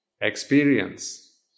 experience